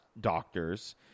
doctors